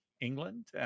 England